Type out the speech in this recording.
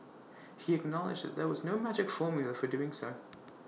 he acknowledged that there was no magic formula for doing so